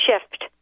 shift